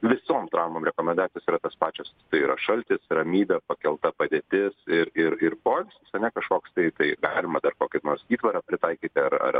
visom traumom rekomendacijos yra tos pačios tai yra šaltis ramybė pakelta padėtis ir ir ir poilsis ane kažkoks tai tai galima dar gal kaip nors įtvarą pritaikyti ar ar